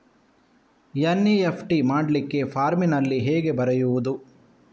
NEFT ಮಾಡ್ಲಿಕ್ಕೆ ಫಾರ್ಮಿನಲ್ಲಿ ಹೇಗೆ ಬರೆಯುವುದು?